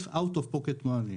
Out of pocket money.